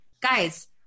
guys